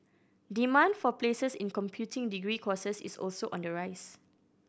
demand for places in computing degree courses is also on the rise